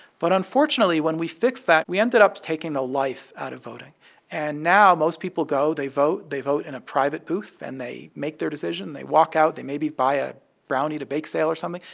but unfortunately, when we fixed that, we ended up taking the life out of voting and now most people go. they vote. they vote in a private booth. and they make their decision. they walk out. they maybe buy a brownie at a bake sale or something.